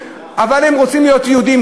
אבל אם הם רוצים להיות יהודים,